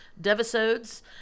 devisodes